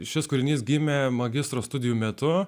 šis kūrinys gimė magistro studijų metu